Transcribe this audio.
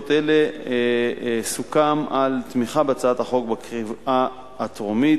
בנסיבות אלה סוכם על תמיכה בהצעת החוק בקריאה טרומית,